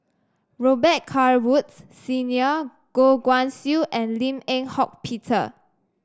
Robet Carr Woods Senior Goh Guan Siew and Lim Eng Hock Peter